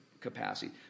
capacity